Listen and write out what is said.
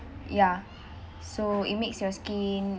ya so it makes your skin